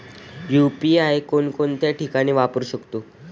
UPI कोणकोणत्या ठिकाणी वापरू शकतो?